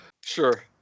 Sure